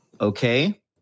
okay